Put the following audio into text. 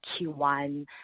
Q1